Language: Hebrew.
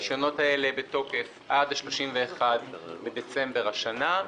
הרישיונות האלה בתוקף עד ה-31.12 השנה.